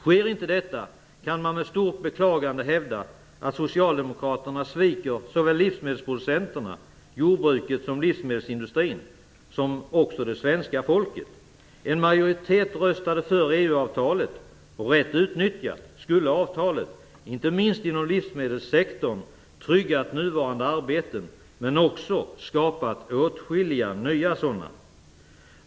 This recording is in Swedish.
Sker inte detta kan man med stort beklagande hävda att socialdemokraterna sviker såväl livsmedelsproducenterna, jordbruket och livsmedelsindustrin som också det svenska folket. En majoritet röstade för EU-avtalet, och rätt utnyttjat skulle avtalet inte minst inom livsmedelssektorn ha tryggat nuvarande arbeten men också skapat åtskilliga nya sådana.